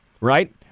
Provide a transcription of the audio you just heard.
right